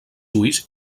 ulls